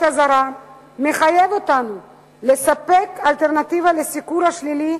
הזרה מחייב אותנו לספק אלטרנטיבה לסיקור השלילי,